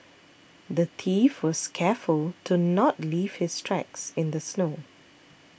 the thief was careful to not leave his tracks in the snow